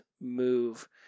move